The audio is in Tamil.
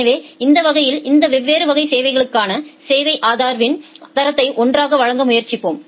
எனவே இந்த வகையில் இந்த வெவ்வேறு வகை சேவைகளுக்கான சேவை ஆதரவின் தரத்தை ஒன்றாக வழங்க முயற்சிப்போம்